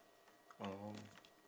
oh